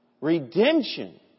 Redemption